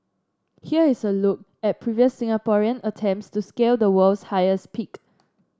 here is a look at previous Singaporean attempts to scale the world's highest peak